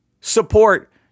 support